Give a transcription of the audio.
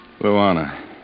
Luana